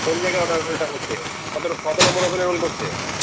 কোন জায়গায় গন্ডোগোলটা হচ্ছে কত কত নম্বর করছে